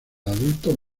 adultos